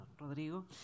rodrigo